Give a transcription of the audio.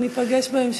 ניפגש בהמשך.